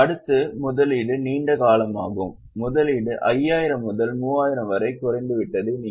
அடுத்து முதலீடு நீண்ட காலமாகும் முதலீடு 5000 முதல் 3000 வரை குறைந்துவிட்டதை நீங்கள் காணலாம்